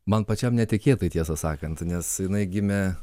man pačiam netikėtai tiesą sakant nes jinai gimė